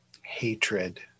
hatred